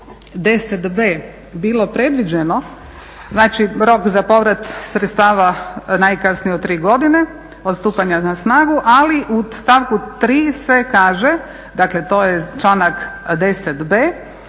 10.b bilo predviđeno, znači rok za povrat sredstava najkasnije od 3 godine od stupanja na snagu ali u stavku 3. se kaže, dakle to je članak 10.b,